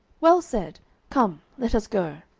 well said come, let us go.